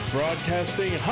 Broadcasting